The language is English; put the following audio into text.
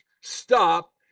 stop